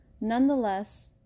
Nonetheless